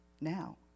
now